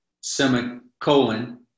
semicolon